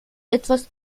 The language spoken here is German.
etwas